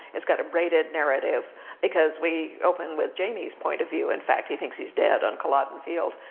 it's got a braided narrative because we open with jamie's point-of-view, in fact, he thinks he's dead on culloden field,